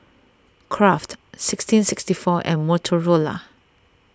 Kraft sixteen sixty four and Motorola